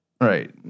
right